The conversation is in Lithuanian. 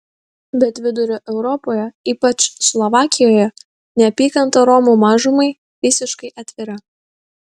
bet vidurio europoje ypač slovakijoje neapykanta romų mažumai visiškai atvira